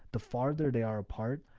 the farther they are apart,